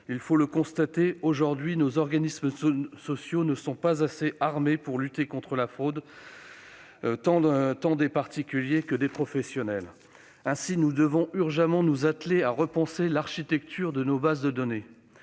Il faut le constater : aujourd'hui, nos organismes sociaux ne sont pas assez armés pour lutter contre la fraude tant des particuliers que des professionnels. Aussi, nous devons urgemment nous atteler à repenser l'architecture de nos bases de données.